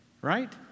Right